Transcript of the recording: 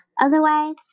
otherwise